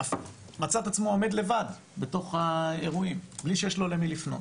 מצא את עצמו עומד לבד בתוך האירועים בלי שיש לו למי לפנות.